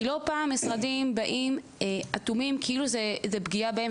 כי לא פעם משרדים באים אטומים כאילו זו פגיעה בהם,